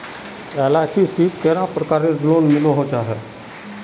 LIC शित कैडा प्रकारेर लोन मिलोहो जाहा?